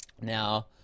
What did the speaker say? now